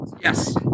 Yes